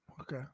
Okay